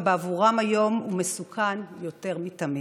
ובעבורם היום הוא מסוכן יותר מתמיד.